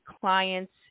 clients